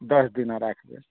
दस दिन राखबै